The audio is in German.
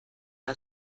der